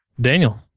Daniel